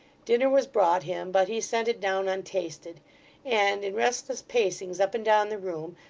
dinner was brought him, but he sent it down untasted and, in restless pacings up and down the room,